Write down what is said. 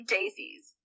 Daisies